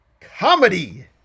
Comedy